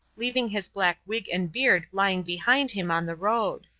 leaving his black wig and beard lying behind him on the road.